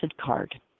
card